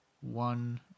One